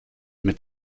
mit